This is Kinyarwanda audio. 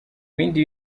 ibindi